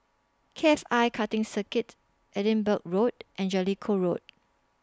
K F I Karting Circuit Edinburgh Road and Jellicoe Road